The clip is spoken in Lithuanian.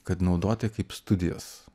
kad naudoti kaip studijas